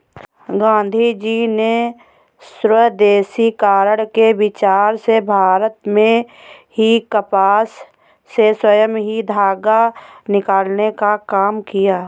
गाँधीजी ने स्वदेशीकरण के विचार से भारत में ही कपास से स्वयं ही धागा निकालने का काम किया